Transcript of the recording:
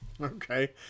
Okay